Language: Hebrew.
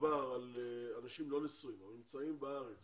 מדובר על אנשים לא נשואים אבל נמצאים בארץ